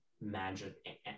magic